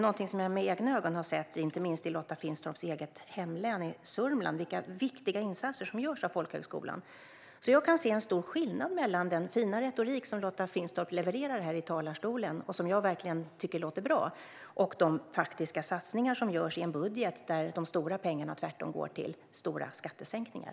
Jag har med egna ögon sett vilka viktiga insatser som görs av folkhögskolan, inte minst i Lotta Finstorps hemlän Sörmland. Jag kan alltså se en stor skillnad mellan den fina retorik som Lotta Finstorp levererar här i talarstolen - och som jag verkligen tycker låter bra - och de faktiska satsningar som görs i en budget där de stora pengarna tvärtom går till stora skattesänkningar.